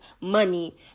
money